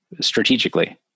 strategically